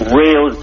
real